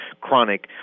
chronic